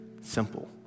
Simple